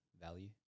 value